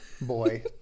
boy